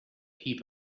heap